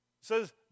says